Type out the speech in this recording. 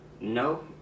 No